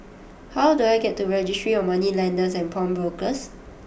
how do I get to Registry of Moneylenders and Pawnbrokers